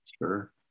Sure